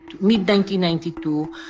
mid-1992